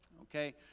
okay